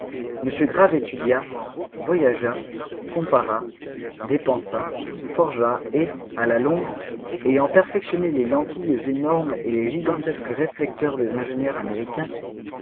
m grave étudia voyagea compara dépensa forgea et à la longue ayant perfectionné les lentilles énormes et les gigantesques réflecteurs des ingénieurs américains